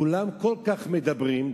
כולם כל כך מדברים,